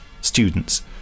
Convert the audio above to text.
students